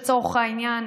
לצורך העניין,